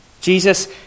Jesus